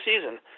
season